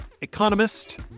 economist